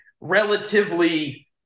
relatively